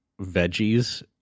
veggies